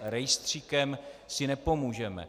Rejstříkem si nepomůžeme.